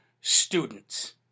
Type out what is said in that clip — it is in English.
students